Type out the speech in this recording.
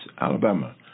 Alabama